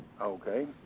Okay